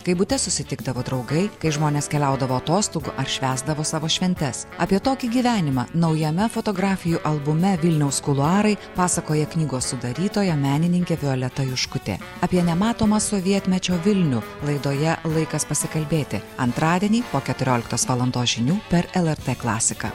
kai bute susitikdavo draugai kai žmonės keliaudavo atostogų ar švęsdavo savo šventes apie tokį gyvenimą naujame fotografijų albume vilniaus kuluarai pasakoja knygos sudarytoja menininkė violeta juškutė apie nematomą sovietmečio vilnių laidoje laikas pasikalbėti antradienį po keturioliktos valandos žinių per lrt klasiką